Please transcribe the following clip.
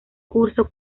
curso